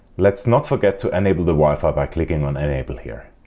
let's not forget to enable the wifi by clicking on enable here.